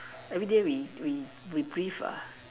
everyday we we we breathe uh